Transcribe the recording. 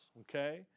Okay